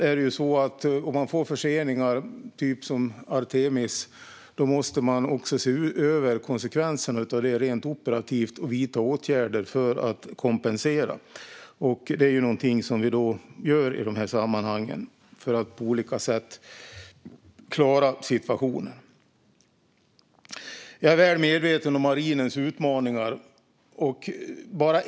Om man får förseningar, som med Artemis, måste man också se över konsekvenserna av detta rent operativt och vidta åtgärder för att kompensera. Det är någonting som vi gör i de här sammanhangen för att på olika sätt klara situationen. Jag är väl medveten om marinens utmaningar.